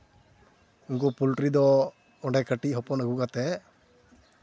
ᱩᱱᱠᱩ ᱯᱳᱞᱴᱨᱤ ᱫᱚ ᱚᱸᱰᱮ ᱠᱟᱹᱴᱤᱡ ᱦᱚᱯᱚᱱ ᱟᱹᱜᱩ ᱠᱟᱛᱮᱫ